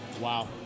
Wow